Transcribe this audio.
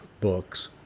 books